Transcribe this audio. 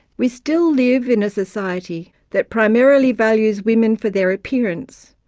we still live in a society that primarily values women for their appearance,